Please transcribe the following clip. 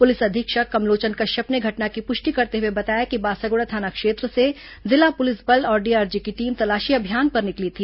police अधीक्षक कमलोचन कश्यप ने घटना की पुष्टि करते हुए बताया कि बासागुड़ा थाना क्षेत्र से जिला पुलिस बल और डीआरजी की टीम तलाशी अभियान पर निकली थी